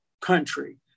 country